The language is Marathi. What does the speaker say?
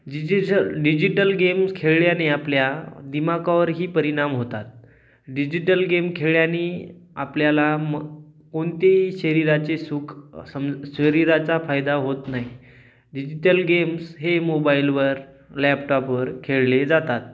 जिजिटल डिजिटल गेम्स खेळल्याने आपल्या दिमाखावरही परिणाम होतात डिजिटल गेम खेळल्याने आपल्याला मग कोणतेही शरीराचे सुख समज शरीराचा फायदा होत नाही डिजिटल गेम्स हे मोबाईलवर लॅपटॉपवर खेळले जातात